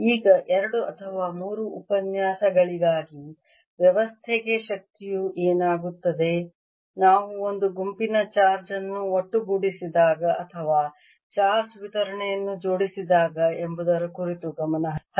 ಈಗ 2 ಅಥವಾ 3 ಉಪನ್ಯಾಸಗಳಿಗಾಗಿ ವ್ಯವಸ್ಥೆ ಗೆ ಶಕ್ತಿಯು ಏನಾಗುತ್ತದೆ ನಾವು ಒಂದು ಗುಂಪಿನ ಚಾರ್ಜ್ ಅನ್ನು ಒಟ್ಟುಗೂಡಿಸಿದಾಗ ಅಥವಾ ಚಾರ್ಜ್ ವಿತರಣೆಯನ್ನು ಜೋಡಿಸಿದಾಗ ಎಂಬುದರ ಕುರಿತು ಗಮನ ಹರಿಸಲಿದ್ದೇವೆ